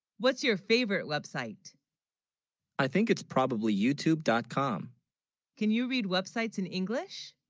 what's your favorite website i think it's probably youtube dot com can you read websites in english